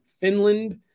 Finland